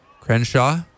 Crenshaw